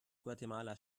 guatemala